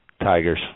Tigers